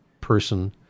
person